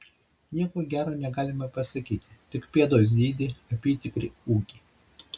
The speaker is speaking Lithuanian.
nieko gero negalime pasakyti tik pėdos dydį apytikrį ūgį